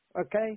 okay